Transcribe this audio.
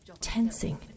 tensing